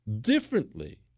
Differently